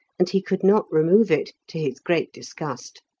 and he could not remove it, to his great disgust.